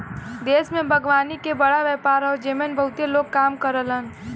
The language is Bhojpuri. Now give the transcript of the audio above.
देश में बागवानी के बड़ा व्यापार हौ जेमन बहुते लोग काम करलन